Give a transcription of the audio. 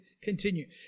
continue